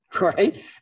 Right